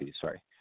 sorry